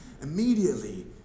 Immediately